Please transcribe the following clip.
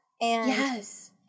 Yes